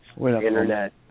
internet